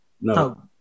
No